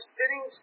sitting